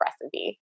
recipe